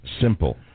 simple